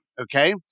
okay